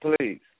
please